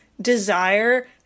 desire